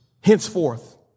Henceforth